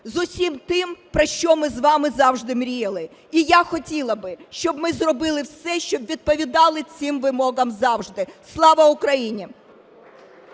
з усім тим, про що ми з вами завжди мріяли. І я хотіла би, щоб ми зробили все, щоб відповідати цим вимогам завжди. Слава Україні!